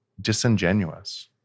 disingenuous